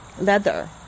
leather